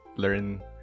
Learn